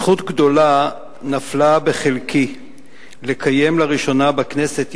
זכות גדולה נפלה בחלקי לקיים לראשונה בכנסת,